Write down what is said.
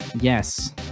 Yes